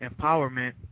Empowerment